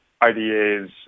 IDAs